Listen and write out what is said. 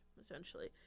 essentially